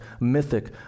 mythic